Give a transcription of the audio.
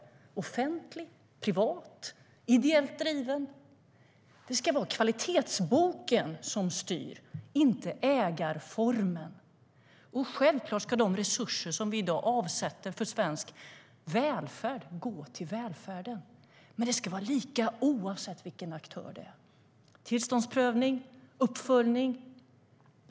Oavsett om vården är offentlig, privat eller ideellt driven ska det vara kvalitetsboken som styr, inte ägarformen. Självklart ska de resurser vi i dag avsätter för svensk välfärd gå till välfärden, men det ska vara lika oavsett vilken aktör det är. Det handlar om tillståndsprövning och uppföljning.